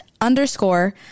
underscore